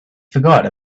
forgot